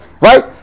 right